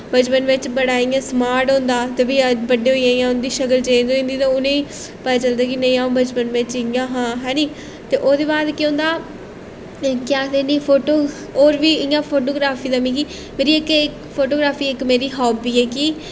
बचपन बिच्च बड़ा इ'यां स्मार्ट होंदा हा ते फ्ही बड्डा होइयै इ'यां उं'दी शकल चेंज होई जंदी ते उ'नेंगी पता चलदा कि नेईं अ'ऊं बचपन बिच्च इ'यां हा हैनी ते ओह्दे बाद केह् होंदा केह् आखदे नी फोटो होर बी इ'यां फोटोग्राफ्री दा मिगी मेरे इक फोटोग्राफी इक मेरी हाबी ऐ कि